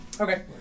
Okay